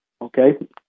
Okay